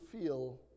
feel